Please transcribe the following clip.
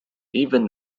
even